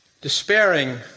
Despairing